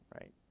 right